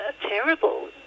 terrible